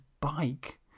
bike